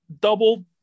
double